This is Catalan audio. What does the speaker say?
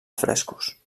frescos